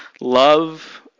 Love